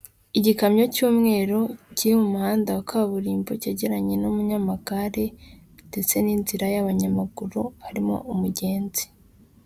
Igikamyo cy'umweru kiri mu muhanda wa kaburimbo, cyegeranye n'umunyamagare, ndetse n'inzira y'abanyamaguru harimo umugenzi.